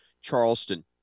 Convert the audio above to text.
Charleston